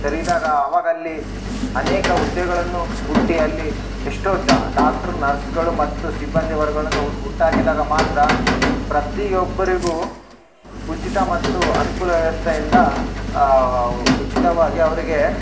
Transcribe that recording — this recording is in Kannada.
ತೆರೆದಾಗ ಆವಾಗ ಅಲ್ಲಿ ಅನೇಕ ಹುದ್ದೆಗಳನ್ನು ಹುಟ್ಟಿ ಅಲ್ಲಿ ಎಷ್ಟೋ ಚಾ ಡಾಕ್ಟ್ರು ನರ್ಸ್ಗಳು ಮತ್ತು ಸಿಬ್ಬಂದಿ ವರ್ಗಗಳನ್ನು ಹುಟ್ಟಾಕಿದಾಗ ಮಾತ್ರ ಪ್ರತಿಯೊಬ್ಬರಿಗು ಉಚಿತ ಮತ್ತು ಅನುಕೂಲ ವ್ಯವಸ್ಥೆ ಇಂದ ಉಚಿತವಾಗಿ ಅವರಿಗೆ